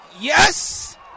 Yes